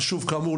כאמור,